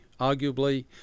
arguably